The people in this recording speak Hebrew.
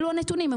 אלו הנתונים,